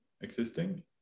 existing